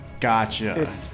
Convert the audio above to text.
Gotcha